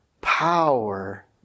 power